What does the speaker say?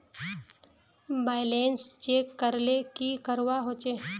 Balance check करले की करवा होचे?